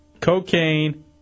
cocaine